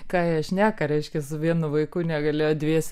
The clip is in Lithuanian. ką jie šneka reiškia su vienu vaiku negalėjo dviese